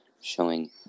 showing